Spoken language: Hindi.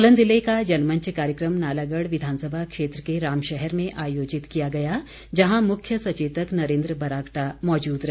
सोलन जिले का जनमंच कार्यक्रम नालागढ़ विधानसभा क्षेत्र के रामशहर में आयोजित किया गया जहां मुख्य सचेतक नरेंद्र बरागटा मौजूद रहे